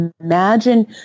imagine